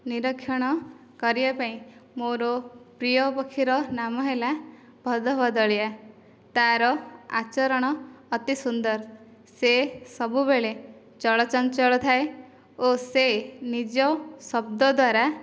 ନିରକ୍ଷଣ କରିବା ପାଇଁ ମୋର ପ୍ରିୟ ପକ୍ଷୀର ନାମ ହେଲା ଭଦଭଦଳିଆ ତାର ଆଚରଣ ଅତି ସୁନ୍ଦର ସେ ସବୁବେଳେ ଚଳଚଞ୍ଚଳ ଥାଏ ଓ ସେ ନିଜ ଶବ୍ଦ ଦ୍ୱାରା